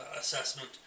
assessment